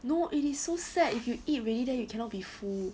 no it is so sad if you eat already then you cannot be full